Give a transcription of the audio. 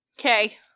okay